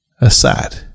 aside